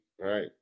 right